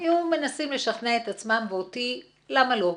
היו מנסים לשכנע את עצמם ואותי למה לא.